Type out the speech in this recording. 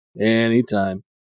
Anytime